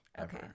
Okay